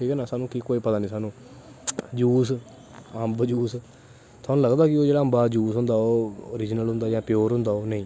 ठीक ऐ ना कोई पता नी साह्नू यूस अम्ब यूस थोआनू लगदा कि अमेबा दा यूस होंदा ओह् रिज़नल होंदा जां प्योर होंदा होग नेंई